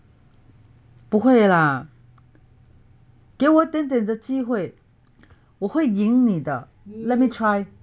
不会啦给我点点的机会我赢你的 let me try